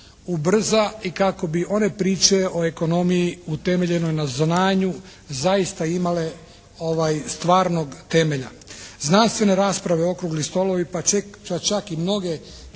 ubrza i kako bi one priče o ekonomiji utemeljenoj na znanju zaista imale stvarnog temelja. Znanstvene rasprave, okrugli stolovi pa čak i mnogi